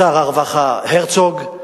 לשר הרווחה הרצוג,